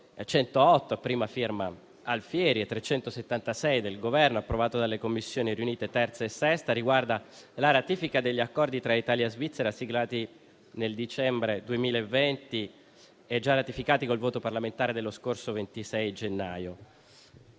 108, a prima firma Alfieri, e 376 del Governo, approvato dalle Commissioni riunite 3a e 6a, riguarda la ratifica degli accordi tra Italia e Svizzera siglati nel dicembre 2020 e già ratificati con il voto parlamentare dello scorso 26 gennaio.